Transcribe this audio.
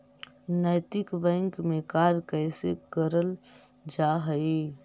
नैतिक बैंक में कार्य कैसे करल जा हई